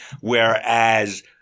Whereas